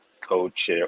coach